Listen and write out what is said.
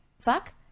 Fuck